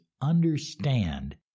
understand